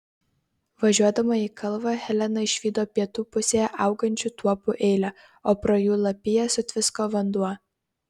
važiuodama į kalvą helena išvydo pietų pusėje augančių tuopų eilę o pro jų lapiją sutvisko vanduo